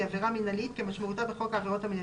עבירה מינהלית כמשמעותה בחוק העבירות המינהליות,